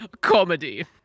comedy